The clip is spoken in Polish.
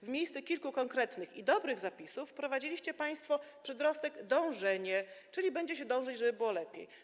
W miejsce kilku konkretnych i dobrych zapisów wprowadziliście państwo wyraz „dążenie”, czyli będzie się dążyć, żeby było lepiej.